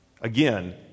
Again